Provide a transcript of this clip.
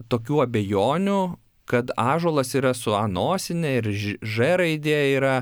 tokių abejonių kad ąžuolas yra su ą nosine ir ž žė raidė yra